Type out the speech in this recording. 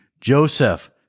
Joseph